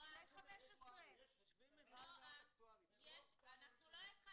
אולי 15 --- אני לא אשת